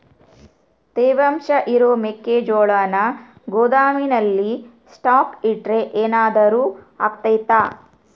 ತೇವಾಂಶ ಇರೋ ಮೆಕ್ಕೆಜೋಳನ ಗೋದಾಮಿನಲ್ಲಿ ಸ್ಟಾಕ್ ಇಟ್ರೆ ಏನಾದರೂ ಅಗ್ತೈತ?